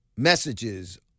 messages